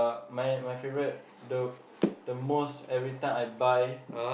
my my favourite the the most every time I buy